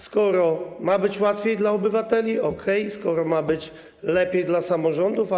Skoro ma być łatwiej dla obywateli, skoro ma być lepiej dla samorządów, okej.